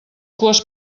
cues